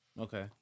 Okay